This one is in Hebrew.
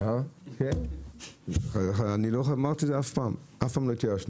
לא אמרתי אף פעם, אף פעם לא התייאשתי.